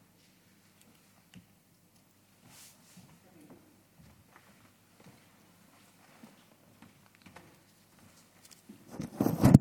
בבקשה.